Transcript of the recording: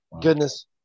Goodness